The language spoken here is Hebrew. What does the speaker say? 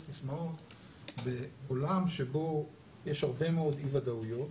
סיסמאות בעולם שבו יש הרבה מאוד אי ודאויות.